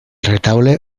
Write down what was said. retaule